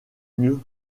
mieux